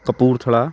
Kapurthala